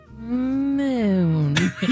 Moon